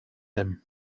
him